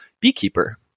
beekeeper